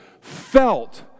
felt